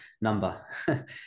number